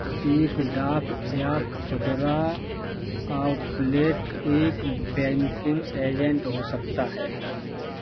एक डाक या खुदरा आउटलेट एक बैंकिंग एजेंट हो सकता है